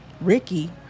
Ricky